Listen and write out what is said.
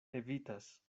evitas